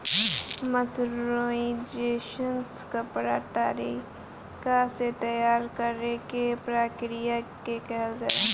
mercerisation कपड़ा तरीका से तैयार करेके प्रक्रिया के कहल जाला